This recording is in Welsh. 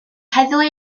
heddlu